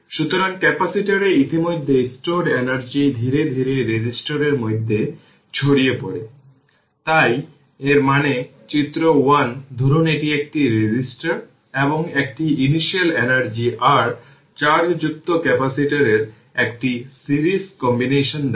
সুতরাং এই দিকটি vv0 e এনার্জিতে নেওয়া হয় tτ রেশিওটি y এক্সিস এ নেওয়া হয়